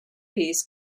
piece